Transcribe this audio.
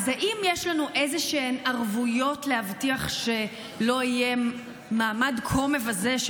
האם יש לנו איזשהן ערבויות להבטיח שלא יהיה מעמד כה מבזה,